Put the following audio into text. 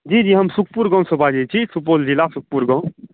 जी हम सुखपुर गामसँ बाजै छी सुपौल जिला सुखपुर गाम